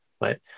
right